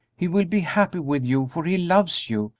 he will be happy with you, for he loves you,